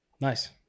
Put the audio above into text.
Nice